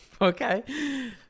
Okay